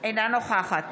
אינה נוכחת